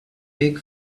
big